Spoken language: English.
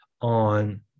on